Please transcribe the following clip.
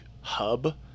hub